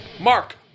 Mark